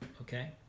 okay